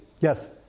Yes